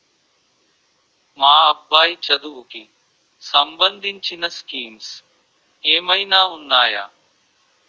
మా అబ్బాయి చదువుకి సంబందించిన స్కీమ్స్ ఏమైనా ఉన్నాయా?